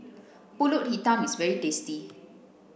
Pulut Hitam is very tasty